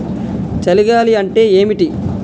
చలి గాలి అంటే ఏమిటి?